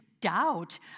doubt